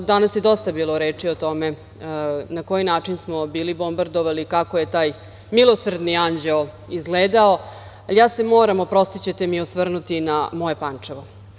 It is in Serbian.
Danas je dosta bilo reči o tome na koji način smo bili bombardovani, kako je taj „Milosrdni anđeo“ izgledao, ali ja se moram, oprostićete mi osvrnuti na moje Pančevo.